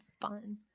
fun